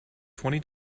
twenty